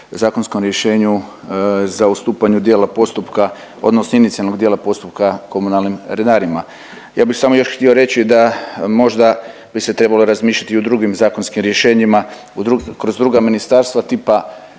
zakonskom rješenju za ustupanju dijela postupka odnosno inicijalnog dijela postupka komunalnim redarima. Ja bih samo još htio reći da možda bi se trebalo razmišljati i o drugim zakonskim rješenjima kroz druga ministarstva tipa